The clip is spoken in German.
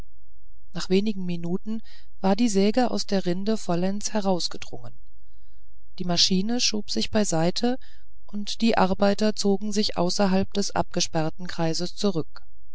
nach wenigen minuten war die säge aus der rinde vollends herausgedrungen die maschine schob sich beiseite und die arbeiter zogen sich außerhalb des abgesperrten kreises zurück